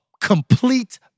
complete